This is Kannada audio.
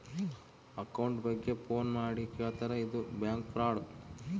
ಅಕೌಂಟ್ ಬಗ್ಗೆ ಫೋನ್ ಮಾಡಿ ಕೇಳ್ತಾರಾ ಇದು ಬ್ಯಾಂಕ್ ಫ್ರಾಡ್